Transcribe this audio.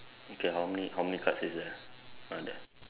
okay how many how many cards is there are there